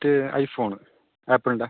ഇത് iPhone ആപ്പിളിൻ്റെ